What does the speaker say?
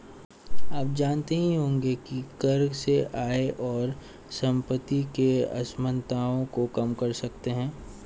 आप जानते होंगे की कर से आय और सम्पति की असमनताओं को कम कर सकते है?